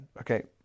Okay